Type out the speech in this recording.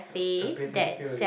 you're basically fail already